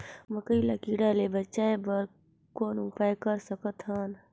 मकई ल कीड़ा ले बचाय बर कौन उपाय कर सकत हन?